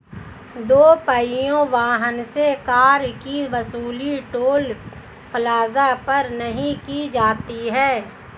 दो पहिया वाहन से कर की वसूली टोल प्लाजा पर नही की जाती है